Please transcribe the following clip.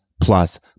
plus